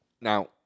Now